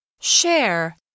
Share